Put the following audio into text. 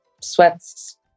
sweats